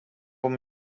umi